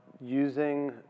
using